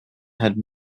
had